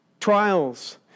Trials